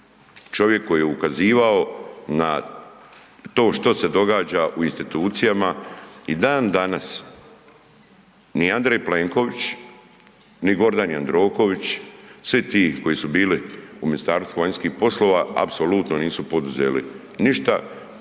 Čovjek koji je ukazivao na to što se događa u institucijama i dan danas ni Andrej Plenković, ni Gordan Jandroković, svi ti koji su bili u Ministarstvu vanjskih poslova apsolutno nisu poduzeli ništa